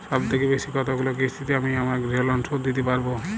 সবথেকে বেশী কতগুলো কিস্তিতে আমি আমার গৃহলোন শোধ দিতে পারব?